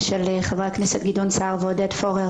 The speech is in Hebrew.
ושל חברי הכנסת גדעון סער ועודד פורר